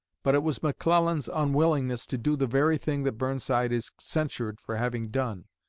but it was mcclellan's unwillingness to do the very thing that burnside is censured for having done,